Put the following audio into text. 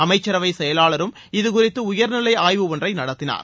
அமைச்சரவை செயலாளரும் இது குறித்து உயர்நிலை ஆய்வு ஒன்றை நடத்தினார்